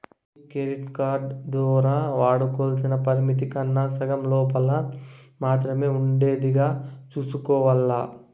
మీ credit card దోరా వాడుకోవల్సింది పరిమితి కన్నా సగం లోపల మాత్రమే ఉండేదిగా సూసుకోవాల్ల